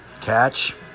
catch